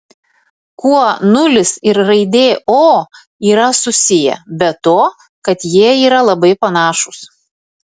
kuo nulis ir raidė o yra susiję be to kad jie yra labai panašūs